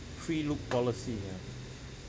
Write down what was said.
pre look policy ya